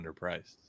underpriced